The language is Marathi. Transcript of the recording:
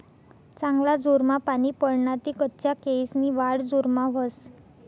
चांगला जोरमा पानी पडना ते कच्चा केयेसनी वाढ जोरमा व्हस